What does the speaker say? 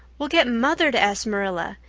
we'll get mother to ask marilla.